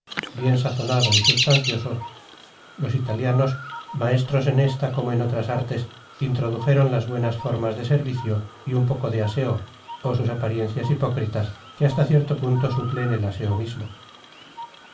bien sazonado y substancioso los italianos maestros en esta como en otras artes introdujeron las buenas formas de servicio y un poco de aseo o sus apariencias hipócritas que hasta cierto punto suplen el aseo mismo